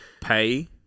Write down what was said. pay